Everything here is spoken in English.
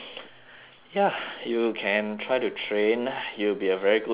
ya you can try to train you'll be a very good drummer